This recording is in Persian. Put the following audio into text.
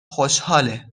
خوشحاله